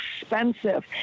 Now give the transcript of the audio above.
expensive